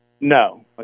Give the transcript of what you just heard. No